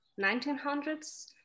1900s